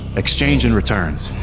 exchange and returns.